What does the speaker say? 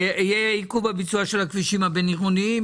יהיה עיכוב בביצוע של הכבישים הבין עירוניים,